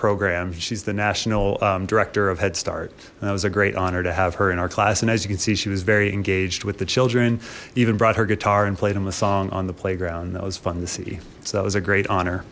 program she's the national director of head start that was a great honor to have her in our class and as you can see she was very engaged with the children even brought her guitar and played him a song on the playground that was fun to see so that was a great honor